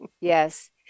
yes